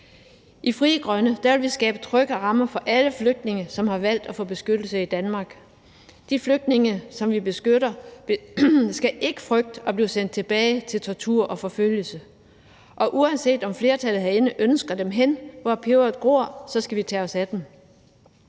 I Frie Grønne vil vi skabe trygge rammer for alle flygtninge, som har valgt at få beskyttelse i Danmark. De flygtninge, som vi beskytter, skal ikke frygte at blive sendt tilbage til tortur og forfølgelse, og uanset om flertallet herinde ønsker dem hen, hvor peberet gror, skal vi tage os af dem.